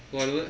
but I don't